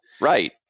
right